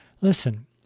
Listen